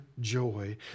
joy